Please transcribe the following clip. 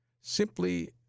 Simply